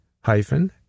hyphen